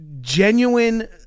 genuine